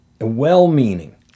well-meaning